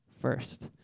first